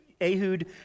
Ehud